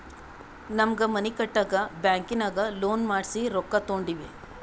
ನಮ್ಮ್ಗ್ ಮನಿ ಕಟ್ಟಾಕ್ ಬ್ಯಾಂಕಿನಾಗ ಲೋನ್ ಮಾಡ್ಸಿ ರೊಕ್ಕಾ ತೊಂಡಿವಿ